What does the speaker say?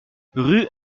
rue